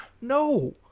no